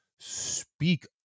Speak